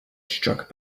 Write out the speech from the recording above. struck